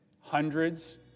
Hundreds